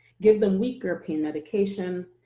give them weaker pain medication,